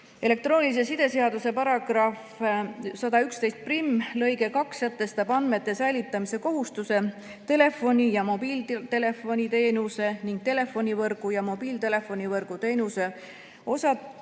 Elektroonilise side seaduse § 1111lõige 2 sätestab andmete säilitamise kohustuse telefoni‑ ja mobiiltelefoniteenuse ning telefonivõrgu ja mobiiltelefonivõrgu teenuse osutaja